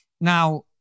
Now